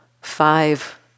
five